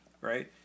Right